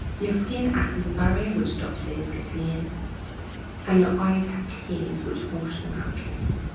your skin acts as a barrier which stops things getting in and your eyes have tears which wash them out clean.